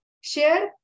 Share